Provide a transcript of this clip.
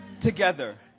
together